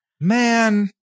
Man